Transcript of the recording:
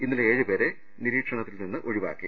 ഇന്നലെ എഴുപേരെ നിരീക്ഷണത്തിൽ നിന്ന് ഒഴിവാക്കി